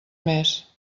més